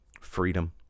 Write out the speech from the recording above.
freedom